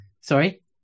Sorry